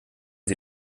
sie